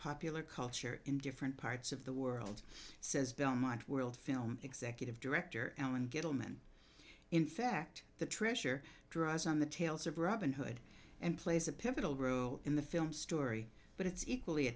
popular culture in different parts of the world says belmont world film executive director ellen get a woman in fact the treasure draws on the tales of robin hood and plays a pivotal role in the film story but it's equally a